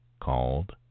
called